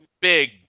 big